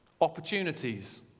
opportunities